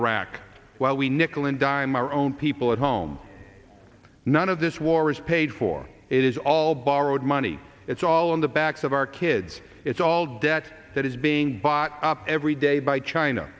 iraq while we nickel and dime our own people at home none of this war is paid for it is all borrowed money it's all on the backs of our kids it's all debt that is being bought up every day by china